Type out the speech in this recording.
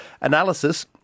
analysis